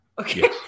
Okay